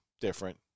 different